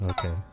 Okay